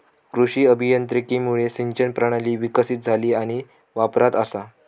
कृषी अभियांत्रिकीमुळा सिंचन प्रणाली विकसीत झाली आणि वापरात असा